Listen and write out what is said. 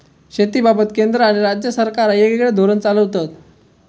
शेतीबाबत केंद्र आणि राज्य सरकारा येगयेगळे धोरण चालवतत